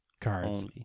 cards